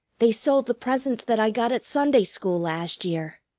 they sold the presents that i got at sunday school last year.